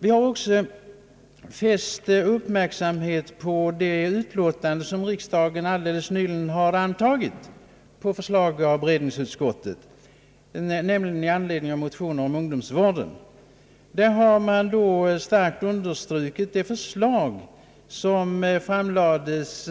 Vi har också fäst uppmärksamheten vid det utlåtande som riksdagen nyligen antagit på förslag av beredningsutskottet i anledning av motioner om ungdomsvården. I det utlåtandet understryks starkt det förslag som i fjol framlades